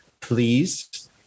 please